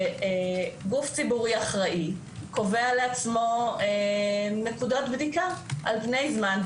וגוף ציבורי אחראי קובע לעצמו נקודות בדיקה על פני זמן,